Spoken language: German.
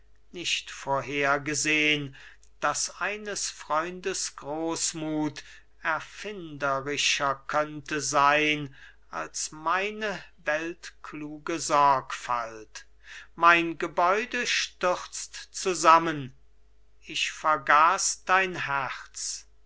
nicht vorhergesehen daß eines freundes großmut erfinderischer könnte sein als meine weltkluge sorgfalt mein gebäude stürzt zusammen ich vergaß dein herz